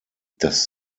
das